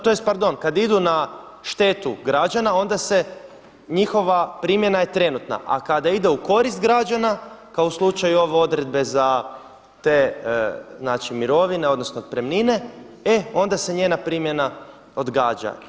To jest pardon kada idu na štetu građana onda se njihova primjena je trenutna, a kada ide u korist građana kao u slučaju ove odredbe za te mirovine odnosno otpremnine, e onda se njena primjena odgađa.